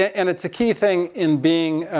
and it's a key thing in being,